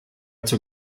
zur